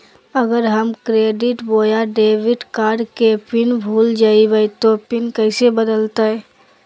अगर हम क्रेडिट बोया डेबिट कॉर्ड के पिन भूल जइबे तो पिन कैसे बदलते?